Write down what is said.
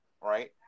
right